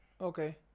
Okay